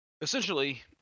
Essentially